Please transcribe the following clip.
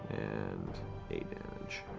and eight damage.